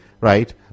Right